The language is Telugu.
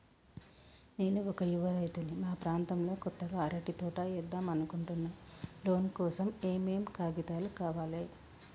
నేను ఒక యువ రైతుని మా ప్రాంతంలో కొత్తగా అరటి తోట ఏద్దం అనుకుంటున్నా లోన్ కోసం ఏం ఏం కాగితాలు కావాలే?